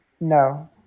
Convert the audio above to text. No